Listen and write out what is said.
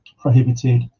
prohibited